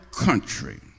country